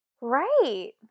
right